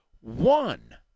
one